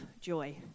joy